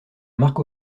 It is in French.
marc